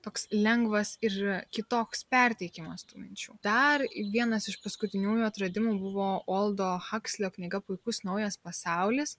toks lengvas ir kitoks perteikimas tų minčių dar vienas iš paskutiniųjų atradimų buvo oldo hakslio knyga puikus naujas pasaulis